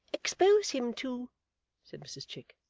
expose him to said mrs chick.